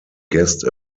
guest